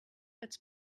als